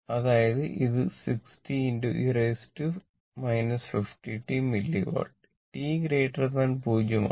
അതായത് ഇത് 60 e 50 t milliwatt t 0 ആണ്